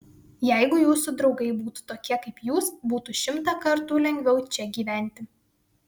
jeigu jūsų draugai būtų tokie kaip jūs būtų šimtą kartų lengviau čia gyventi